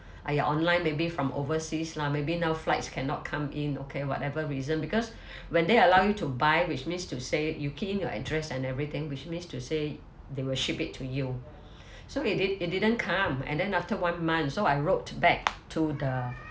!aiya! online maybe from overseas lah maybe now flights cannot come in okay whatever reason because when they allow you to buy which means to say you key in your address and everything which means to say they will ship it to you so it did it didn't come and then after one month so I wrote back to the